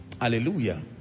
Hallelujah